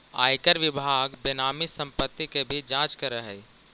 आयकर विभाग बेनामी संपत्ति के भी जांच करऽ हई